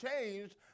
changed